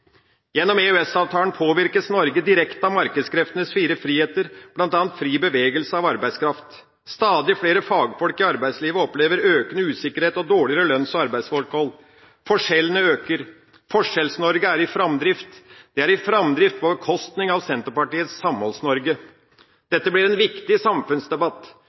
Gjennom EØS-avtalen påvirkes Norge direkte av markedskreftenes fire friheter, bl.a. fri bevegelse av arbeidskraft. Stadig flere fagfolk i arbeidslivet opplever økende usikkerhet og dårligere lønns- og arbeidsforhold. Forskjellene øker. Forskjells-Norge er i framdrift – i framdrift på bekostning av Senterpartiets Samholds-Norge. Dette blir en viktig samfunnsdebatt